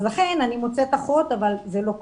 לכן אני מוצאת אחות, אבל זה לא קל.